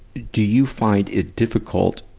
do you find it difficult,